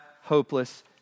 hopeless